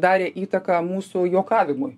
darė įtaką mūsų juokavimui